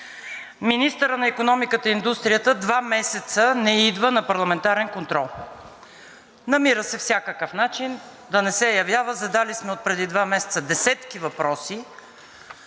Министърът на икономиката и индустрията два месеца не идва на парламентарен контрол, намира всякакъв начин да не се явява. Задали сме отпреди два месеца десетки въпроси.